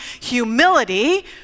humility